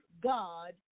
God